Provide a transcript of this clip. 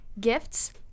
Gifts